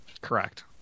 Correct